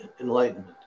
enlightenment